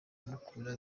mukura